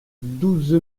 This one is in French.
douze